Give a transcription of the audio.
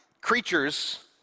creatures